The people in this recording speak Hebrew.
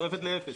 היא שואפת לאפס.